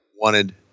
wanted